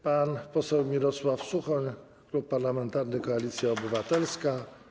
Pan poseł Mirosław Suchoń, Klub Parlamentarny Koalicja Obywatelska.